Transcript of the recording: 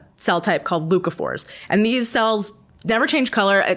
cell type called leucophores and these cells never change color. and